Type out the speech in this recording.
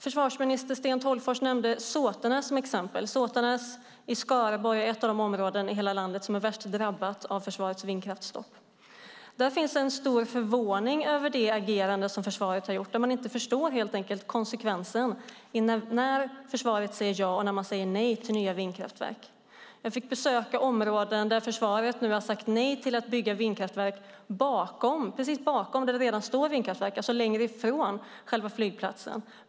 Försvarsminister Sten Tolgfors nämnde Såtenäs som exempel. Såtenäs i Skaraborg är ett av de områden i hela landet som är värst drabbat av försvarets vindkraftsstopp. Där finns en stor förvåning över försvarets agerande. Man förstår helt enkelt inte det konsekventa när försvaret säger ja och när man säger nej till nya vindkraftverk. Jag fick besöka områden där försvaret nu har sagt nej till att bygga vindkraftverk precis bakom där det redan står vindkraftverk, längre ifrån själva flygplatsen.